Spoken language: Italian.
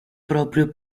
proprio